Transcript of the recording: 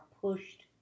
pushed